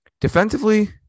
Defensively